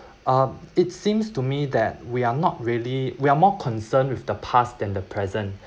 um it seems to me that we're not really we are more concerned with the past than the present